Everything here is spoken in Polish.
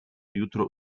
jutro